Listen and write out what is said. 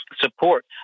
support